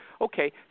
Okay